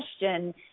question